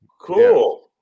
cool